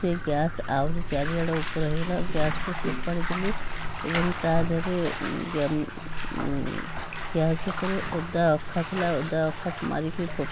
ସେ ଗ୍ୟାସ ଆହୁରି ଚାରିଆଡ଼ ଉପର ହେଇଗଲା ଗ୍ୟାସକୁ ଫୋପାଡ଼ି ଦେଲି ଏବଂ ତା ଦେହରେ ଗ୍ୟା ଗ୍ୟାସ ଉପରେ ଓଦା ଅଖା ଥିଲା ଓଦା ଅଖା ମାରିକି ଫୋ ଫୋ